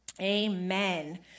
Amen